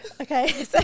okay